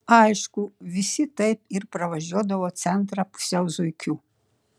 aišku visi taip ir pravažiuodavo centrą pusiau zuikiu